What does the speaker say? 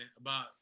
about-